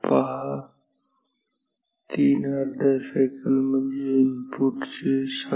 पहा 3 अर्ध्या सायकल म्हणजे इनपुट चे 3